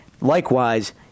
Likewise